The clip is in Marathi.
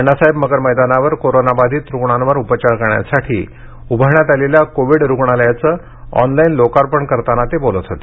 अण्णासाहेब मगर मैदानावर कोरोनाबाधित रुग्णांवर उपचार करण्यासाठी उभारण्यात आलेल्या कोविड रुग्णालयाचे ऑनलाईन लोकार्पण करताना ते बोलत होते